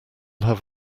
have